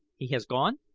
he has gone?